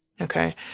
Okay